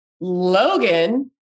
Logan